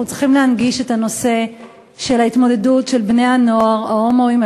אנחנו צריכים להנגיש את הנושא של ההתמודדות של בני-הנוער ההומואים,